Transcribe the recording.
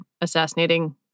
assassinating